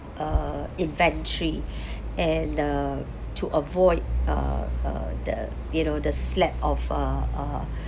uh inventory and uh to avoid uh uh the you know the slap of uh uh